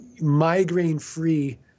migraine-free